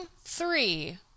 three